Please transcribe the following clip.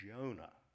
Jonah